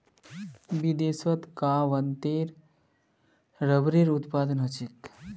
विदेशत कां वत्ते रबरेर उत्पादन ह छेक